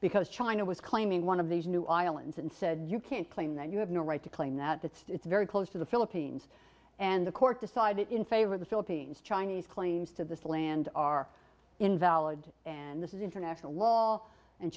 because china was claiming one of these new islands and said you can't claim that you have no right to claim that it's very close to the philippines and the court decided in favor of the philippines chinese claims to this land are invalid and this is international law and